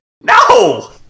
No